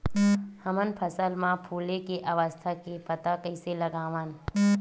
हमन फसल मा फुले के अवस्था के पता कइसे लगावन?